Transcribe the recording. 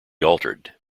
altered